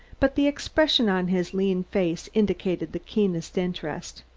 but the expression on his lean face indicated the keenest interest,